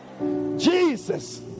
Jesus